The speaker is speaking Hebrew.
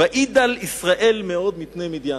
ויידל ישראל מאוד מפני מדיין.